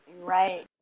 Right